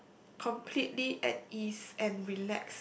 completely at ease and relax